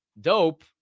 dope